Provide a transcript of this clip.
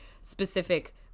specific